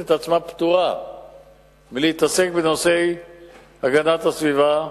את עצמה פטורה מלהתעסק בנושא הגנת הסביבה,